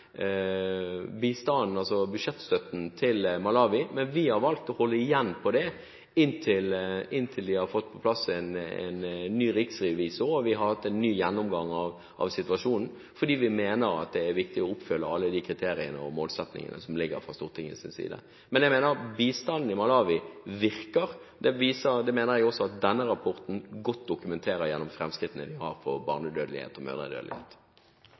budsjettstøtten, til Malawi, men vi har valgt å holde igjen, inntil vi har fått på plass en ny riksrevisor og vi har hatt en ny gjennomgang av situasjonen, fordi vi mener at det er viktig å oppfylle alle de kriteriene og den målsettingen som ligger der fra Stortingets side. Men jeg mener at bistanden i Malawi virker. Det mener jeg også denne rapporten godt dokumenterer gjennom framskrittene som er for barnedødelighet og mødredødelighet.